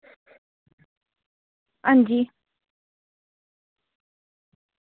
हां जी